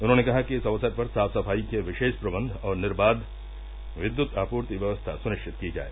उन्होंने कहा कि इस अवसर पर साफ सफाई के विशेष प्रबंध और निर्वाघ विद्युत आपूर्ति व्यवस्था सुनिश्चित की जाए